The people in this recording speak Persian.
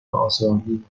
آسمانی